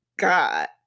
God